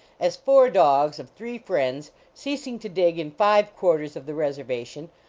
as four dogs of three friends, ceasing to dig in five quarters of the reservation,